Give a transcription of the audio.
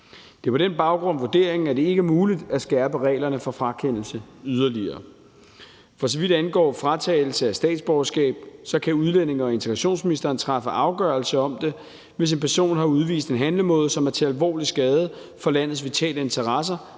Det er på den baggrund vurderingen, at det ikke er muligt at skærpe reglerne for frakendelse yderligere. For så vidt angår fratagelse af statsborgerskab, kan udlændinge- og integrationsministeren træffe afgørelse om det, hvis en person har udvist en handlemåde, som er til alvorlig skade for landets vitale interesser,